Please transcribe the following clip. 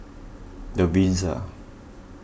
the Windsor